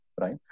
right